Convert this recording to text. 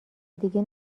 دیگه